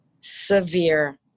severe